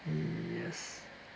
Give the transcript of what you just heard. yes